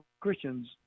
Christians